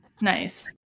Nice